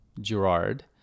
Gerard